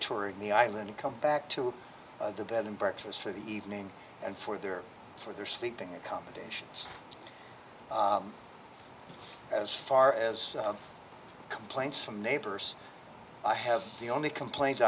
touring the island come back to the bed and breakfast for the evening and for their for their sleeping accommodations as far as complaints from neighbors i have the only complain